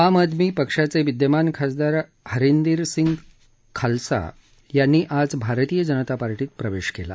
आम आदमी पक्षाचे विद्यमान खासदार हरिंदर सिंग खालसा यांनी आज भारतीय जनता पार्टीत प्रवेश केला